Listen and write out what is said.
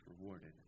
rewarded